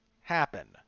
happen